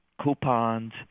Coupons